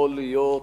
יכול להיות,